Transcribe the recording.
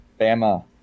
Bama